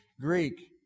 Greek